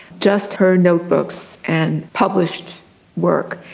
just her notebooks and published work.